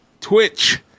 Twitch